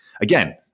again